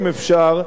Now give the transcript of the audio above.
אם אפשר,